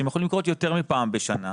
שהם יכולים לקרות יותר מפעם בשנה.